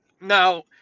Now